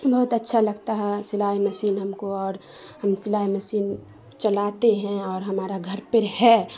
بہت اچھا لگتا ہے سلائی مشین ہم کو اور ہم سلائی مشین چلاتے ہیں اور ہمارا گھر پر ہے